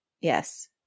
Yes